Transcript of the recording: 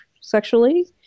sexually